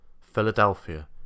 Philadelphia